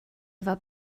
efo